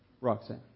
Roxanne